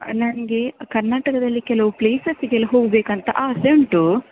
ನನಗೆ ಕರ್ನಾಟಕದಲ್ಲಿ ಕೆಲವು ಪ್ಲೇಸಸ್ಸಿಗೆಲ್ಲ ಹೋಗಬೇಕಂತ ಆಸೆ ಉಂಟು